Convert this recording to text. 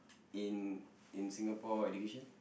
in in Singapore education